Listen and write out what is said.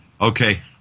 Okay